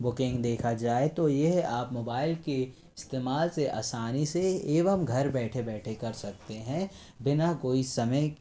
booking देखा जाए तो यह आप मोबाईल के इस्तेमाल से आसानी से एवं घर बैठे बैठे कर सकते हैं बिना कोई समय